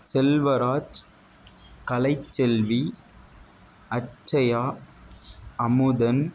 Selvaraj Kalaiselvi Atchaya Amudhan